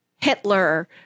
Hitler